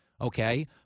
Okay